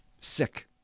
sick